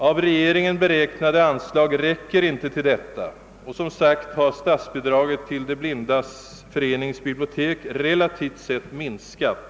Av regeringen i år föreslaget anslag räcker inte härtill, och statsbidraget till De blindas förenings biblioteksverksamhet har som sagt relativt sett minskat.